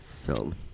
Film